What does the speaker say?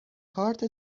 کارت